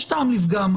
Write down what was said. יש טעם לפגם.